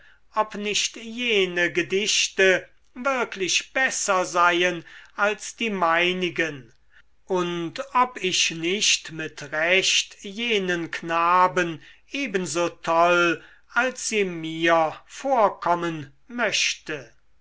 ob nicht jene gedichte wirklich besser seien als die meinigen und ob ich nicht mit recht jenen knaben ebenso toll als sie mir vorkommen möchte